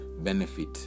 benefit